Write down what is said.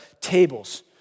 tables